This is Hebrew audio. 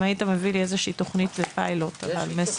אם היית מביא לי איזה תכנית לפיילוט מסודרת.